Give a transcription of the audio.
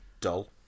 dull